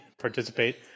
participate